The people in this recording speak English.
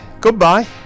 Goodbye